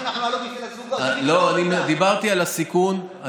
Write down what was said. דיברתי על הסיכון.